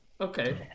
Okay